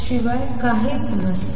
शिवाय काहीच नसते